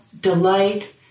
delight